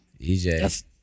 EJ